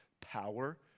power